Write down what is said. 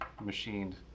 machined